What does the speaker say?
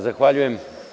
Zahvaljujem.